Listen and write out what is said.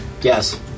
Yes